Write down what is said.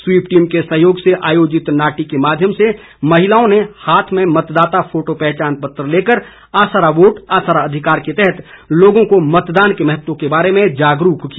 SVEEP team के सहयोग से आयोजित नाटी के माध्यम से महिलाओं ने हाथ में मतदाता फोटो पहचानपत्र लेकर आसारा वोट आसारा अधिकार के तहत लोगों को मतदान के महत्व के बारे जागरूक किया